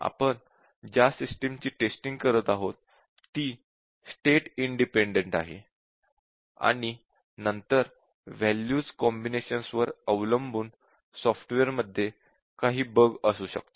आपण ज्या सिस्टिम ची टेस्टिंग करत आहोत ती स्टेट इंडिपेंडेन्ट आहे आणि नंतर वॅल्यूज कॉम्बिनेशन्स वर अवलंबून सॉफ्टवेअरमध्ये काही बग असू शकतात